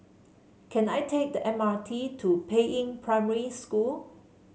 can I take the M R T to Peiying Primary School